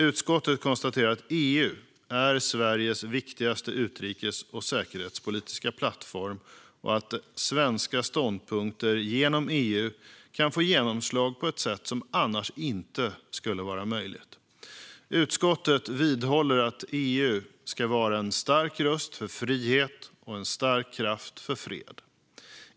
Utskottet konstaterar att EU är Sveriges viktigaste utrikes och säkerhetspolitiska plattform och att svenska ståndpunkter genom EU kan få genomslag på ett sätt som annars inte skulle vara möjligt. Utskottet vidhåller att EU ska vara en stark röst för frihet och en stark kraft för fred.